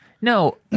No